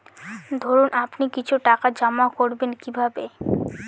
ধরুন আপনি কিছু টাকা জমা করবেন কিভাবে?